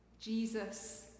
Jesus